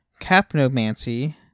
Capnomancy